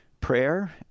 prayer